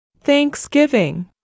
Thanksgiving